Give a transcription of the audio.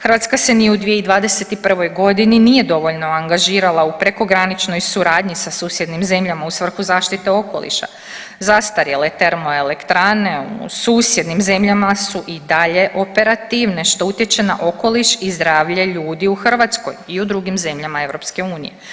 Hrvatska se ni u 2021. g. nije dovoljno angažirala u prekograničnoj suradnji sa susjednim zemljama u svrhu zaštite okoliša, zastarjele termoelektrane u susjednim zemljama su i dalje operativne, što utječe na okoliš i zdravlje ljudi u Hrvatskoj i u drugim zemljama EU.